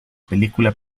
película